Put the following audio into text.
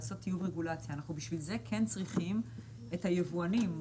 לעשות טיוב רגולציה ובשביל זה אנחנו כן צריכים את היבואנים.